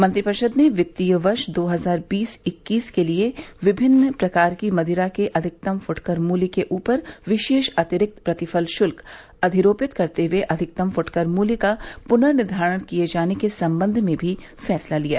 मंत्रिपरिषद ने वित्तीय वर्ष दो हजार बीस इक्कीस के लिए विभिन्न प्रकार की मदिरा के अधिकतम फुटकर मूल्य के ऊपर विशेष अतिरिक्त प्रतिफल शुल्क अधिरोपित करते हुए अधिकतम फूटकर मूल्य का पुनर्निर्धारण किये जाने के सम्बन्ध में भी फैसला लिया